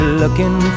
looking